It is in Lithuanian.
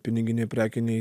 piniginiai prekiniai